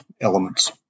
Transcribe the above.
elements